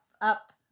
up